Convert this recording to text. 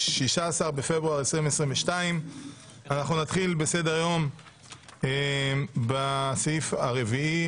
16 בפברואר 2022. אנחנו נתחיל בסדר-היום בסעיף הרביעי,